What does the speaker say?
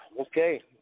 Okay